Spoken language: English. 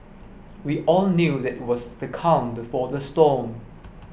we all knew that it was the calm before the storm